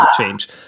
change